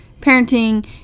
parenting